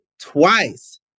twice